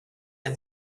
and